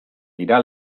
dira